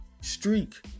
streak